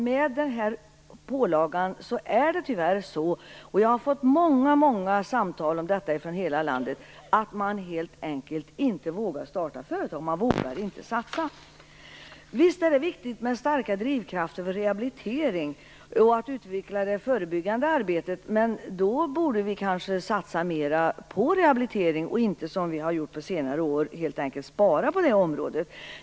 Med den här pålagan är det tyvärr så - och jag har fått många, många samtal om detta från hela landet - att man helt enkelt inte vågar starta företag. Man vågar inte satsa. Visst är det viktigt med starka drivkrafter för rehabilitering och att utveckla det förebyggande arbetet, men då borde vi kanske satsa mer på rehabilitering och inte, som vi har gjort på senare år, helt enkelt spara på det området.